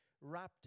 wrapped